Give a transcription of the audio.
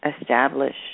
establish